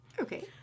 okay